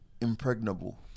impregnable